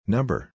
Number